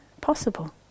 Possible